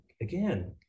again